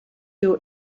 your